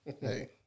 hey